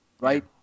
Right